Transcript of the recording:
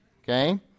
Okay